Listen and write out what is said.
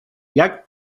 jak